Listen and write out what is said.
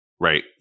right